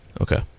Okay